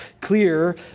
clear